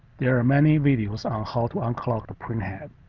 there are many videos on how to unclog the printhead.